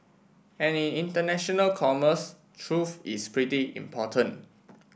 and in international commerce truth is pretty important